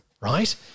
right